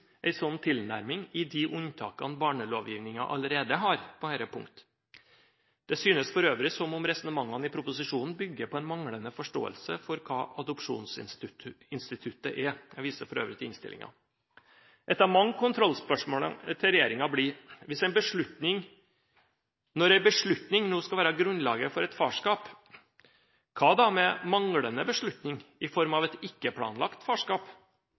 tilnærming i de unntakene barnelovgivningen allerede har på dette punkt. Det synes for øvrig som om resonnementene i proposisjonen bygger på en manglende forståelse av hva adopsjonsinstituttet er. Jeg viser for øvrig til innstillingen. Et av mange kontrollspørsmål til regjeringen blir: Når en beslutning nå skal være grunnlaget for et farskap, hva da med manglende beslutning i form av et ikke-planlagt farskap?